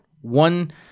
One